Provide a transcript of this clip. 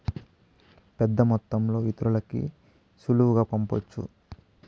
పెద్దమొత్తంలో ఇతరులకి సులువుగా పంపొచ్చు